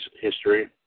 history